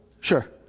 Sure